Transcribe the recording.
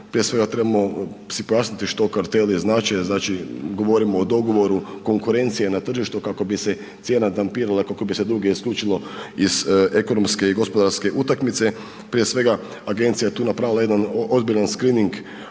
prije svega trebamo si pojasniti što karteli znače, znači govorimo o dogovoru konkurencije na tržištu kako bi se cijena tempirala, kako bi se druge isključilo iz ekonomske i gospodarske utakmice. Prije svega, agencija je tu napravila jedan ozbiljan screening